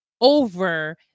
over